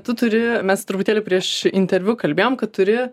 tu turi mes truputėlį prieš interviu kalbėjom kad turi